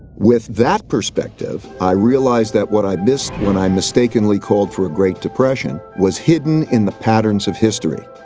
with that perspective, i realized that what i missed when i mistakenly called for a great depression was hidden in the patterns of history,